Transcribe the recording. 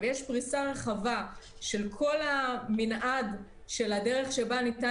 ויש פריסה רחבה של כל המנעד של הדרך שבה ניתן